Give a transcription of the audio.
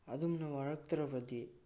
ꯑꯗꯨꯝꯅ ꯋꯥꯔꯛꯇ꯭ꯔꯕꯗꯤ